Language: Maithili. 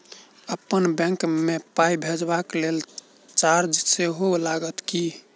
अप्पन बैंक मे पाई भेजबाक लेल चार्ज सेहो लागत की?